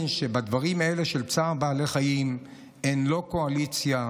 שבדברים האלה של צער בעלי חיים אין לא קואליציה,